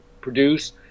produce